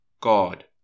God